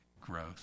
growth